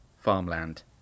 Farmland